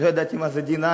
לא ידעתי מה זה D9,